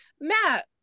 Matt